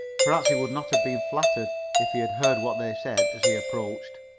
perhaps he would not have been flattered if he had heard what they said as he approached.